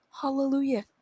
hallelujah